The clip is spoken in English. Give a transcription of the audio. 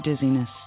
dizziness